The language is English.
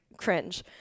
cringe